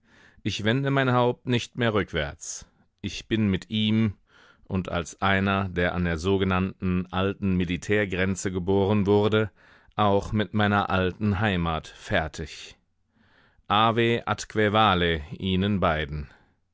ich wende mein haupt nicht mehr rückwärts ich bin mit ihm und als einer der an der sogenannten alten militärgrenze geboren wurde auch mit meiner alten heimat fertig ave atque vale ihnen beiden